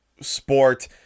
sport